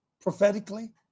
prophetically